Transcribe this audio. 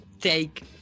take